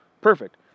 Perfect